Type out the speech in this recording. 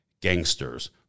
gangsters